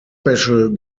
special